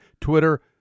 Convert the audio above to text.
Twitter